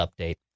update